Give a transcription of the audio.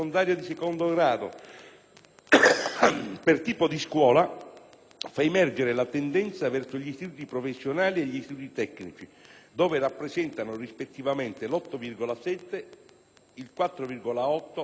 per tipo di scuola fa emergere la tendenza verso gli istituti professionali e gli istituti tecnici, dove rappresentano, rispettivamente, l'8,7 per cento e il 4,8 per cento del totale degli studenti.